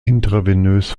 intravenös